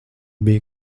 bija